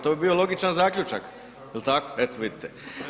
To bi bio logičan zaključak, jel tako, eto vidite.